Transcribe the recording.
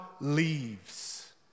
leaves